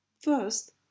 First